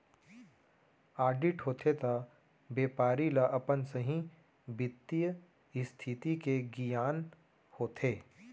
audit होथे त बेपारी ल अपन सहीं बित्तीय इस्थिति के गियान होथे